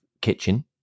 kitchen